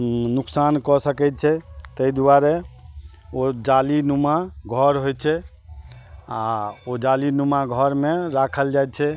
नुकसान कऽ सकैत छै ताहि दुआरे ओ जाली नुमा घर होइ छै आ ओ जाली नुमा घरमे राखल जाइ छै